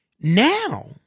Now